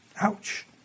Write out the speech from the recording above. Ouch